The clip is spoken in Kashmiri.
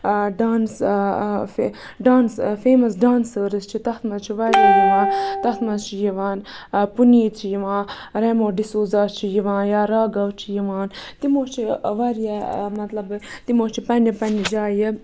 ڈانٕس ڈانٕس فیمَس ڈانسٲرٕس چھِ تَتھ منٛز چھُ واریاہ یِوان تَتھ منٛز چھُ یِوان پُنیٖت چھُ یِوان ریمو ڈِسوزا چھُ یِوان یا راگو چھُ یِوان تِمو چھُ واریاہ مطلب تِمو چھُ پَنٕنہِ پَنٕنہِ جایہِ